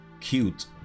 cute